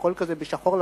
הכול כזה בשחור-לבן,